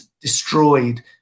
destroyed